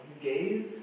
gaze